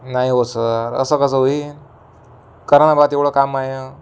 नाही ओ सर असं कसं होईन करा नं ब्वा तेवढं काम माझं